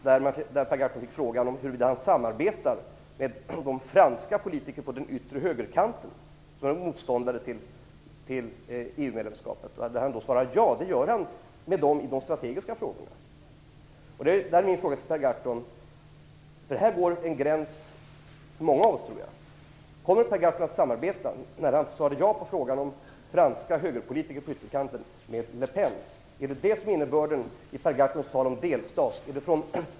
Per Gahrton fick frågan om han samarbetar med de franska politikerna på den yttre högerkanten som är motståndare till EU medlemskapet. Han svarade att han gör det i de strategiska frågorna. Jag vill därför ställa en fråga till Per Gahrton. Jag tror att det gäller en gräns för många av oss. Per Gahrton svarade ja på frågan om huruvida han samarbetar med franska högerpolitiker på ytterkanten. Kommer Per Gahrton att samarbeta med Le Pen? Är detta innebörden av Per Gahrtons tal om delstater?